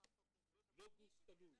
לא גוף תלוי.